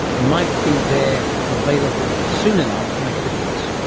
might be there available soon enough to make a difference?